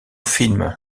film